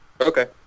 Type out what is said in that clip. Okay